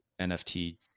NFT